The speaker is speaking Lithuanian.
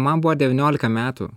man buvo devyniolika metų